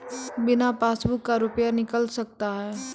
बिना पासबुक का रुपये निकल सकता हैं?